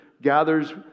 gathers